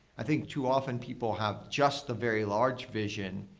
i think, too often, people have just a very large vision,